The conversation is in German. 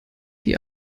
die